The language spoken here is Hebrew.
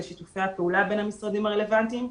שיתופי הפעולה בין המשרדים הרלוונטיים.